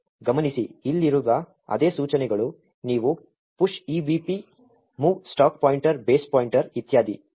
ಗಮನಿಸಿ ಇಲ್ಲಿರುವ ಅದೇ ಸೂಚನೆಗಳು ನೀವು push EBP mov stack pointer base pointer ಇತ್ಯಾದಿ